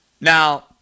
Now